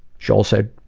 joel said,